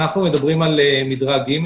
אנחנו מדברים על מדרג ג',